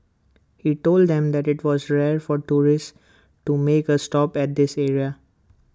he told them that IT was rare for tourists to make A stop at this area